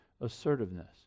assertiveness